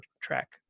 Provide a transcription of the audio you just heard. track